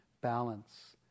balance